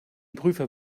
prüfer